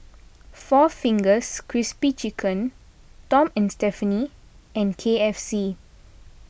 four Fingers Crispy Chicken Tom and Stephanie and K F C